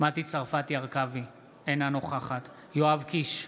מטי צרפתי הרכבי, אינה נוכחת יואב קיש,